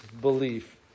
belief